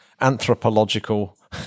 anthropological